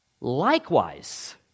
likewise